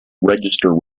register